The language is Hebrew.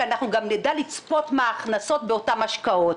שאנחנו גם נדע לצפות מה ההכנסות באותן השקעות.